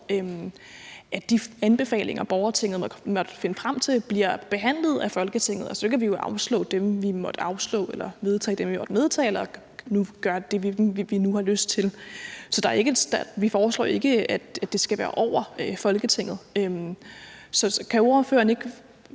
at de anbefalinger, borgertinget måtte finde frem til, bliver behandlet af Folketinget. Så kan vi jo afslå dem, vi måtte afslå, eller vedtage dem, vi måtte vedtage, og gøre det, vi nu har lyst til. Så vi foreslår ikke, at det skal være over Folketinget. Kan ordføreren ikke